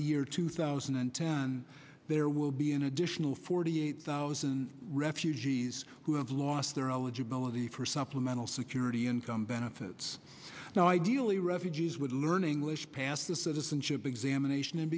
the year two thousand and ten there will be an additional forty eight thousand refugees who have lost their eligibility for supplemental security income benefits now ideally refugees would learn english pass the citizenship examination